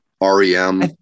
REM